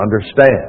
understand